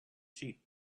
sheep